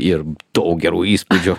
ir daug gerų įspūdžių